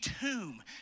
tomb